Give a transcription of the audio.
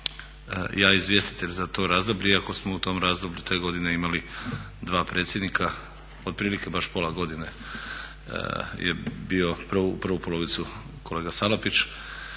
ja izvjestitelj za to razdoblje iako smo u tom razdoblju te godine imali 2 predsjednika, otprilike baš pola godine je bio, prvu polovicu kolega Salapić